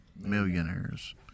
millionaires